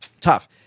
tough